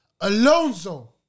Alonso